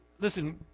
Listen